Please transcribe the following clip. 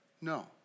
No